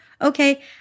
okay